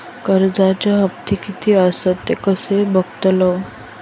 कर्जच्या हप्ते किती आसत ते कसे बगतलव?